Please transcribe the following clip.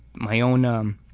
my own um